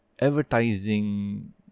advertising